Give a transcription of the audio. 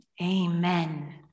amen